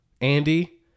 andy